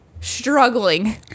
struggling